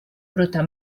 bruta